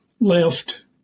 left